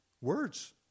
words